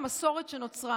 המסורת שנוצרה